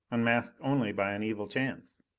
unmasked only by an evil chance.